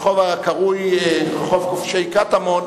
רחוב הקרוי רחוב כובשי-קטמון,